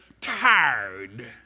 Tired